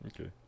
Okay